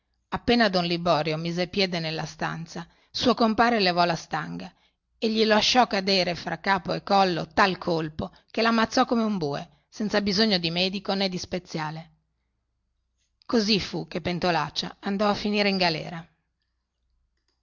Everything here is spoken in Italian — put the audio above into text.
appena don liborio mise il piede nella stanza suo compare levò la stanga e gli lasciò cadere fra capo e collo tal colpo che lammazzò come un bue senza bisogno di medico nè di speziale così fu che pentolaccia andò a finire in galera